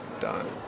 done